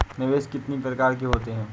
निवेश कितनी प्रकार के होते हैं?